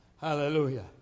Hallelujah